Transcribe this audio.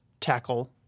tackle